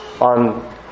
On